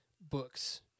books